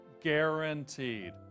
guaranteed